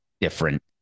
different